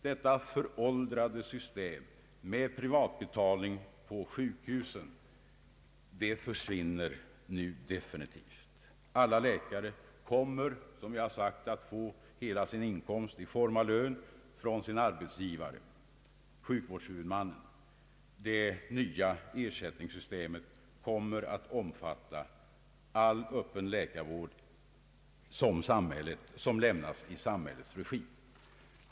Detta föråldrade system med privatbetalning på sjukhus försvinner nu definitivt. Alla läkare kommer, som jag tidigare nämnt, att få hela sin inkomst i form av lön från sin arbetsgivare, sjukvårdshuvudmannen. Det nya ersättningssystemet kommer att omfatta all öppen läkarvård som lämnas i samhällets regi.